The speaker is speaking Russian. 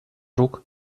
рук